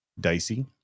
dicey